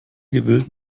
gewillt